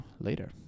later